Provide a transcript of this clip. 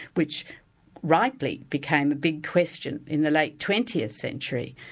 which rightly became a big question in the late twentieth century,